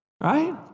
Right